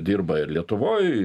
dirba ir lietuvoj